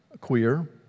Queer